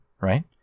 right